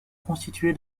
constitué